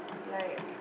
like